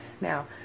Now